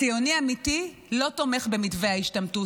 ציוני אמיתי לא תומך במתווה ההשתמטות,